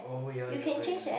oh ya ya right right